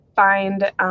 find